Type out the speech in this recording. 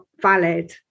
valid